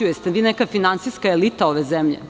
Da li ste vi neka finansijska elita ove zemlje?